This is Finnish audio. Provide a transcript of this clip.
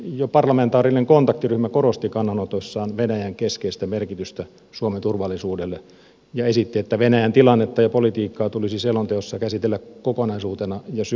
jo parlamentaarinen kontaktiryhmä korosti kannanotoissaan venäjän keskeistä merkitystä suomen turvallisuudelle ja esitti että venäjän tilannetta ja politiikkaa tulisi selonteossa käsitellä kokonaisuutena ja syvällisesti